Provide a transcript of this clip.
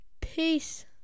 Peace